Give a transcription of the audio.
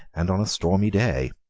and on a stormy day.